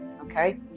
okay